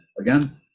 again